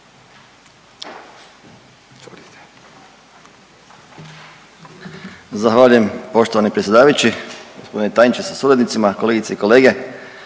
Zahvaljujem poštovani predsjedavajući. Gospodine tajniče se suradnicima, kolegice i kolege,